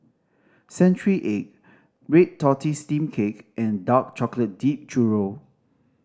century egg red tortoise steamed cake and dark chocolate dipped churro